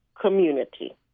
community